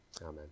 Amen